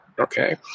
Okay